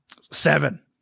Seven